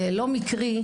זה לא מקרי,